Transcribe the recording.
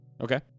Okay